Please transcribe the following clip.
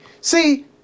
See